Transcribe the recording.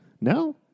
No